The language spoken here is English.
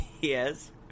Yes